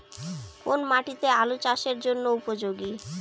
কোন মাটি আলু চাষের জন্যে উপযোগী?